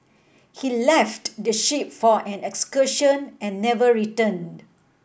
he left the ship for an excursion and never returned